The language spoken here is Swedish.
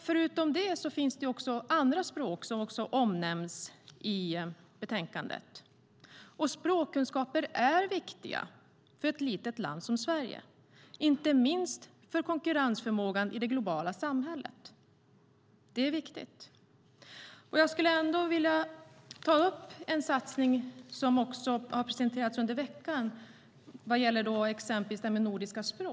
Förutom det finns det andra språk som omnämns i betänkandet. Språkkunskaper är viktiga för ett litet land som Sverige, inte minst för konkurrensförmågan i det globala samhället. Det är viktigt. Jag skulle vilja ta upp en satsning som har presenterats i veckan vad gäller nordiska språk.